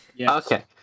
Okay